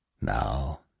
Now